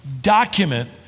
document